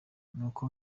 nuko